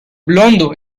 blondo